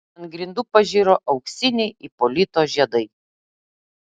ant grindų pažiro auksiniai ipolito žiedai